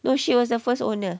no she was the first owner